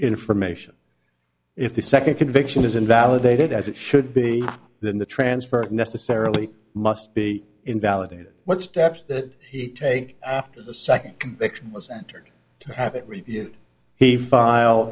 information if the second conviction is invalidated as it should be than the transfer necessarily must be invalidated what steps that he take after the second conviction was entered to have it reviewed he file